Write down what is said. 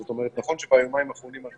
זאת אומרת נכון שביומיים האחרונים אנחנו